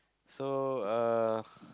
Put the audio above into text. so uh